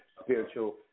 Spiritual